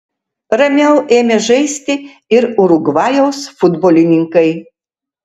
ramiau ėmė žaisti ir urugvajaus futbolininkai